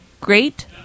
Great